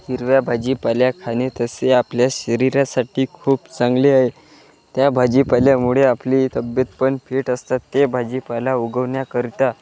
हिरवा भाजीपाला खाणे तसे आपल्या शरीरासाठी खूप चांगले आहे त्या भाजीपाल्यामुळे आपली तब्येत पण फिट असतात ते भाजीपाला उगवण्याकरिता